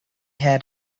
had